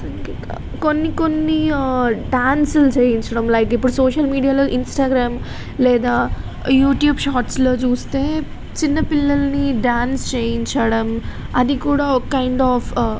ఇంకా ఇక కొన్ని కొన్ని డ్యాన్సులు చేయించడం లైక్ ఇప్పుడు సోషల్ మీడియాలో ఇంస్టాగ్రామ్ లేదా యూట్యూబ్ షార్ట్స్లో చూస్తే చిన్నపిల్లల్ని డ్యాన్స్ చేయించడం అది కూడా కైండ్ ఆఫ్